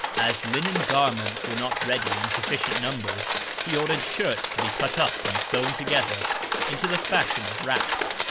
as linen garments were not ready in sufficient numbers he ordered shirts to be cut up and sewn together into the fashion of wraps.